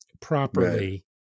properly